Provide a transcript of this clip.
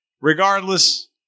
Regardless